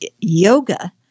yoga